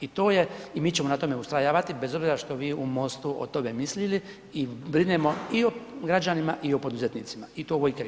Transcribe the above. I to je i mi ćemo na tome ustrajavati bez obzira što vi u MOST-u o tome mislili i brinemo i o građanima i o poduzetnicima i to u ovoj krizi.